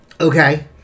Okay